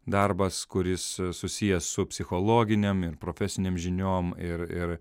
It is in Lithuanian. darbas kuris susijęs su psichologinėm ir profesinėm žiniom ir ir